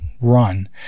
run